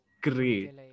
great